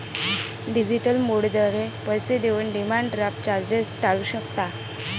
digital मोडद्वारे पैसे देऊन डिमांड ड्राफ्ट चार्जेस टाळू शकता